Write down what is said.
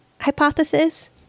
hypothesis